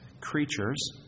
creatures